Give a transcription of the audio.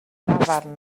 dafarn